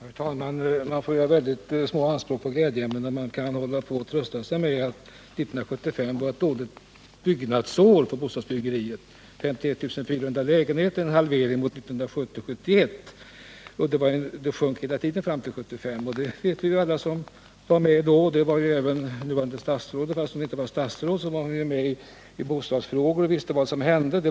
Herr talman! Man måste ha mycket små anspråk på glädjeämnen när man kan trösta sig med att 1975 var ett dåligt år när det gäller bostadsbyggandet. Det byggdes då 51 400 lägenheter, vilket innebar en halvering jämfört med åren 1970-1971. Bostadsbyggandet sjönk hela tiden fram till 1975. Det vet alla som var med då — det var även den nuvarande bostadsministern. Även om hon då inte var statsråd följde hon med vad som hände.